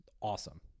awesome